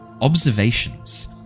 Observations